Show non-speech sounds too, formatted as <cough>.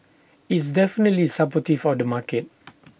it's definitely supportive of the market <noise>